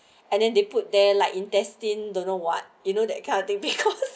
and then they put there like intestine don't know what you know that kind of thing because